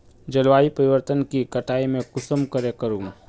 जलवायु परिवर्तन के कटाई में कुंसम करे करूम?